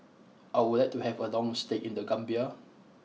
I would like to have a long stay in the Gambia